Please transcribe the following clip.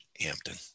Hampton